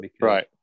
Right